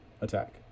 attack